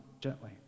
gently